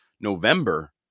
November